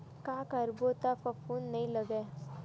का करबो त फफूंद नहीं लगय?